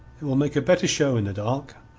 it will make a better show in the dark.